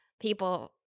people